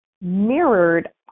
mirrored